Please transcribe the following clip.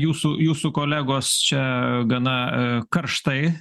jūsų jūsų kolegos čia gana karštai